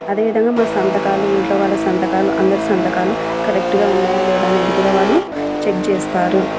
అదేవిధంగా మా సంతకాలు ఇంట్లో వాళ్ళ సంతకాలు అందరూ సంతకాలు కరెక్ట్గా ఉన్నాయా లేదా అనేది కూడా వాళ్ళు చెక్ చేస్తారు